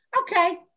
okay